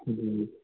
جی